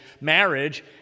marriage